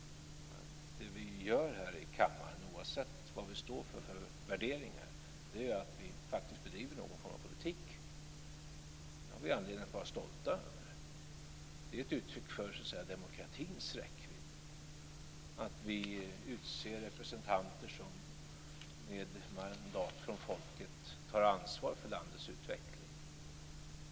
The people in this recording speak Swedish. Det vi gör här i kammaren, oavsett vilka värderingar vi står för, är att vi faktiskt bedriver någon form av politik. Det har vi anledning att vara stolta över. Det är ett uttryck för demokratins räckvidd att vi utser representanter som med mandat från folket tar ansvar för landets utveckling.